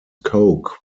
coke